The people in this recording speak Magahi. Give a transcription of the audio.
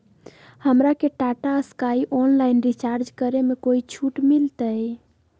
हमरा के टाटा स्काई ऑनलाइन रिचार्ज करे में कोई छूट मिलतई